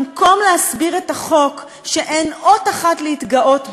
במקום להסביר את החוק שאין בו אות אחת להתגאות בה,